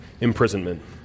imprisonment